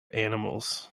animals